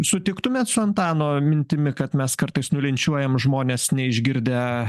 sutiktumėt su antano mintimi kad mes kartais nulinčiuojam žmones neišgirdę